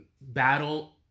battle